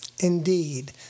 Indeed